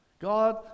God